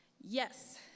Yes